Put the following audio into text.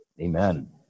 Amen